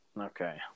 okay